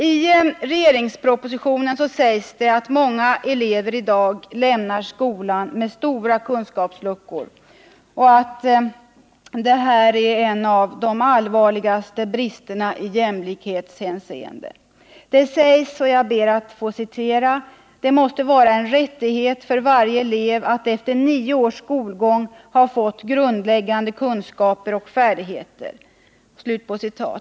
I regeringspropositionen sägs det att många elever i dag lämnar skolan med stora kunskapsluckor och att detta är en av de allvarligaste bristerna i jämlikhetshänseende. Det sägs att det ”måste vara en rättighet för varje elev att efter nio års skolgång ha fått grundläggande kunskaper och färdigheter”.